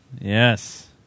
Yes